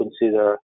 consider